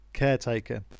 Caretaker